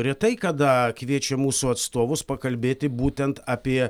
retai kada kviečia mūsų atstovus pakalbėti būtent apie